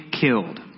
killed